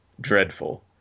dreadful